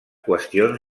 qüestions